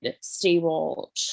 stable